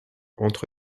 entre